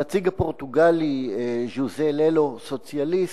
הנציג הפורטוגלי, ז'וזה ללו, סוציאליסט,